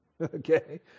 Okay